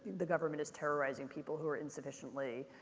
the government is terrorizing people who are insufficiently